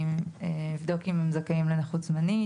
אני אבדוק אם הם זכאים לנכות זמנית.